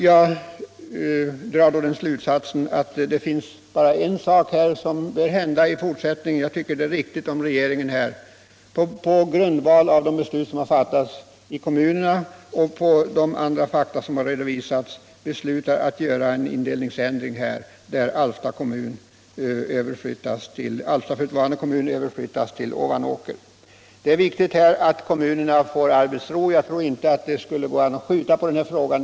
Jag drar den slutsatsen att det bara finns en åtgärd att vidta i detta sammanhang, nämligen att regeringen på grundval av de beslut som fattats i kommunerna och de andra fakta som redovisats genomför en sådan indelningsändring att Alfta förutvarande kommun flyttas över till Ovanåker. Det är viktigt att kommunerna får arbetsro. Jag tror inte att man kan skjuta på frågans avgörande.